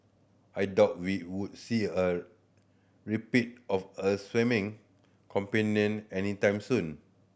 I doubt we would see a repeat of a swimming any time soon